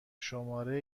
شماره